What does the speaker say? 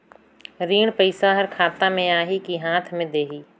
ऋण पइसा हर खाता मे आही की हाथ मे देही?